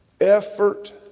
effort